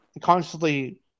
constantly